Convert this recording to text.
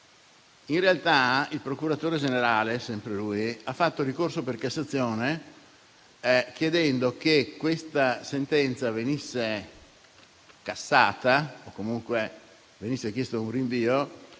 In realtà, il procuratore generale, sempre lui, ha fatto ricorso per Cassazione, chiedendo che questa sentenza venisse cassata o comunque venisse chiesto un rinvio,